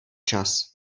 čas